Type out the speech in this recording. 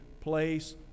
place